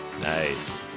Nice